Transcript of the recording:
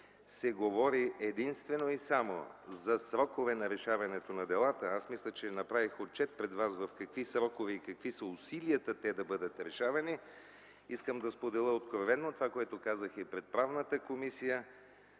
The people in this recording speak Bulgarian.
се говори единствено и само за срокове на решаването на делата, аз мисля, че направих отчет пред вас в какви срокове и какви са усилията те да бъдат решавани, искам да споделя откровено това, което казах и пред Правната комисия,